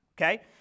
Okay